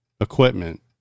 equipment